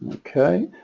ok